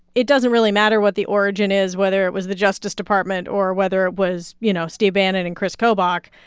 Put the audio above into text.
it doesn't really matter what the origin is, whether it was the justice department or whether it was, you know, steve bannon and kris kobach,